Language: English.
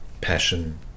passion